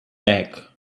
back